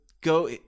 go